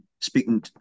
speaking